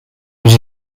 was